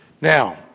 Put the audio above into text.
Now